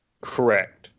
Correct